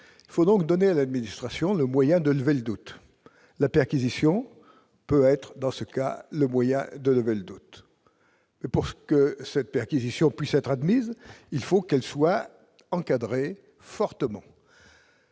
Il faut donc donner à l'administration le moyen de lever le doute : la perquisition peut être, dans ce cas, le moyen. Pour que cette perquisition puisse être admise, il faut qu'elle soit fortement